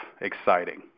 exciting